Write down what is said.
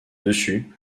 dessus